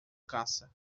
caça